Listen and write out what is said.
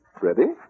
Ready